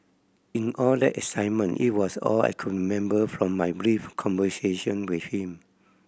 in all that excitement it was all I could remember from my brief conversation with him